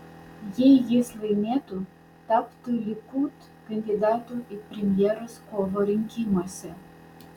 jei jis laimėtų taptų likud kandidatu į premjerus kovo rinkimuose